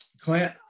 Clint